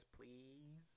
please